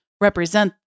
represent